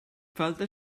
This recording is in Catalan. falta